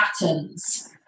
patterns